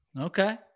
Okay